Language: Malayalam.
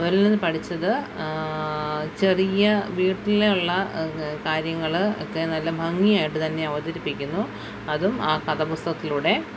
അവരിൽ നിന്ന് പഠിച്ചത് ചെറിയ വീട്ടിൽ ഉള്ള കാര്യങ്ങൾ ഒക്കെ നല്ല ഭംഗിയായിട്ട് തന്നെ അവതരിപ്പിക്കുന്നു അതും ആ കഥാപുസ്തകത്തിലൂടെ